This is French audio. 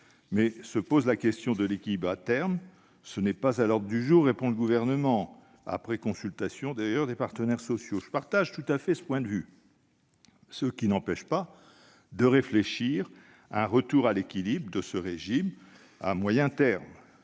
c'est celle de l'équilibre. Elle n'est pas à l'ordre du jour, répond le Gouvernement, après consultation des partenaires sociaux. J'approuve tout à fait ce point de vue, qui n'empêche pas pour autant de réfléchir au retour à l'équilibre de ce régime à moyen terme.